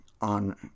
on